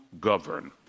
govern